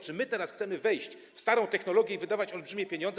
Czy my teraz chcemy wejść w starą technologię i wydawać olbrzymie pieniądze?